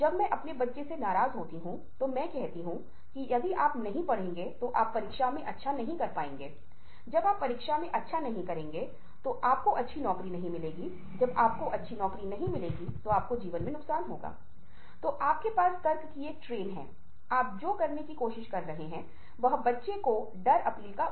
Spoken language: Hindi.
अब जिस तरह से आप बातचीत कर सकते हैं उसमें एक महत्वपूर्ण प्रभाव के रूप में जिस तरह से आप दूसरे व्यक्ति के साथ बातचीत करते हैं यहां तक कि कठिन परिस्थितियों में भी लेकिन आपको आश्वस्त होने की आवश्यकता है कि यह समझ में आता है और आपको इसे फिर से आज़माने की ज़रूरत है